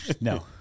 No